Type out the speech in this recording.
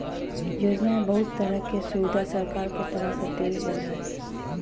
योजना में बहुत तरह के सुविधा सरकार के तरफ से देल गेल हइ